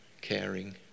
caring